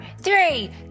three